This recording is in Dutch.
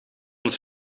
het